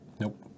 Nope